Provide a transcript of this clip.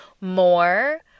more